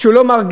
שהוא לא מרגיש,